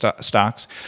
stocks